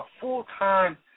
full-time